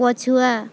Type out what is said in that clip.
ପଛୁଆ